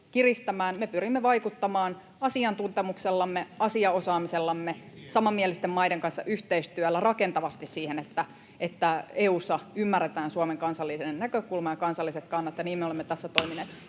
Me pyrimme vaikuttamaan asiantuntemuksellamme, asiaosaamisellamme ja samanmielisten maiden kanssa yhteistyöllä rakentavasti siihen, että EU:ssa ymmärretään Suomen kansallinen näkökulma ja kansalliset kannat, ja niin me olemme tässä toimineet.